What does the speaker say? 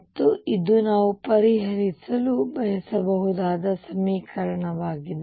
ಮತ್ತು ಇದು ನಾವು ಪರಿಹರಿಸಲು ಬಯಸುವ ಸಮೀಕರಣವಾಗಿದೆ